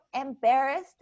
embarrassed